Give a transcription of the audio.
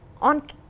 on